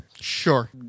Sure